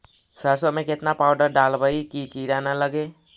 सरसों में केतना पाउडर डालबइ कि किड़ा न लगे?